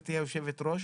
גברתי יושבת הראש,